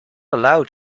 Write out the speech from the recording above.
allowed